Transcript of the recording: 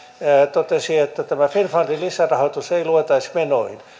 totesi että tätä finnfundin lisärahoitusta ei luettaisi menoihin